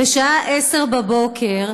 בשעה 10:00,